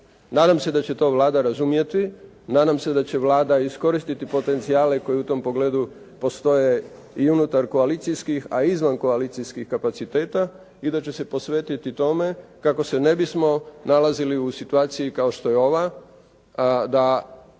Nadam se da će to Vlada razumjeti, nadam se da će Vlada iskoristiti potencijale koji u tom pogledu postoje i unutar koalicijski, a i izvan koalicijski kapaciteta i da će se posvetiti tome kako se ne bismo nalazili u situaciju kao što je ova i ne samo